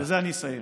בזה אני אסיים.